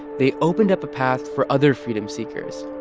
they opened up a path for other freedom-seekers.